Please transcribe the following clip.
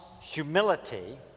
humility